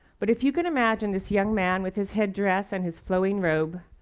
but if you can imagine this young man with his headdress and his flowing robe,